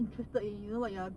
interested in you know what you are